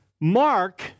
Mark